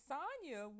Sonya